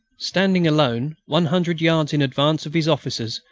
standing alone, one hundred yards in advance of his officers,